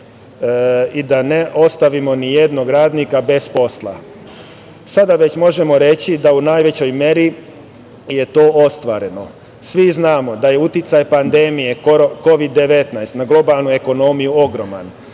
i da ne ostavimo ni jednog radnika bez posla. Sada već možemo reći da u najvećoj meri je to ostvareno. Svi znamo da je uticaj pandemije Kovid 19 na globalnu ekonomiju ogroman,